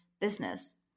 business